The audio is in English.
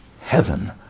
heaven